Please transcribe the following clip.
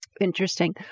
Interesting